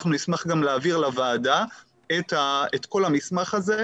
אנחנו נשמח גם להעביר לוועדה את כל המסמך הזה,